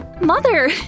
Mother